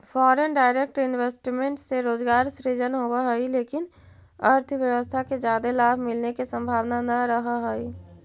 foreign direct investment से रोजगार सृजन होवऽ हई लेकिन अर्थव्यवस्था के जादे लाभ मिलने के संभावना नह रहऽ हई